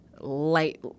light